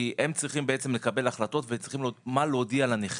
כי הם צריכים לקבל החלטות מה להודיע לנכה.